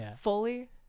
fully